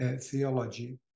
theology